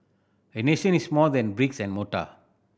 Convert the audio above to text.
a nation is more than bricks and mortar